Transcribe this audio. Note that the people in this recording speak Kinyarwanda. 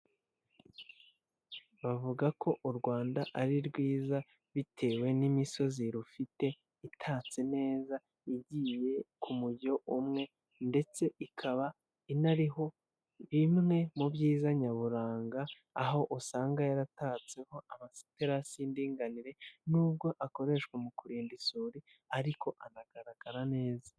Bavuga ko u Rwanda ari rwiza bitewe n'imisozi rufite, itatse neza, igiye ku mujyo umwe ndetse ikaba inariho bimwe mu byiza nyaburanga, aho usanga yaratatseho amasiterasi y'indinganire nubwo akoreshwa mu kurinda isuri ariko anagaragara neza.